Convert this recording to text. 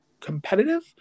competitive